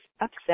upset